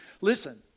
listen